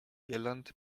irland